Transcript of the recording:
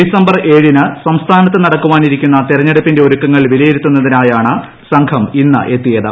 December ഏഴിന് സംസ്ഥാനത്ത് നടക്കാനിരിക്കുന്ന തെരഞ്ഞെടുപ്പിന്റെ ഒരുക്കങ്ങൾ വിലയിരുത്തുന്നതിനായാണ് സംഘം ഇന്ന് എത്തിയത്